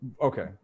Okay